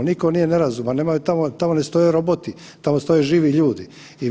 Nitko nije nerazuman, nema, tamo ne stoje roboti, tamo stoje živi ljudi.